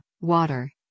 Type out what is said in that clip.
water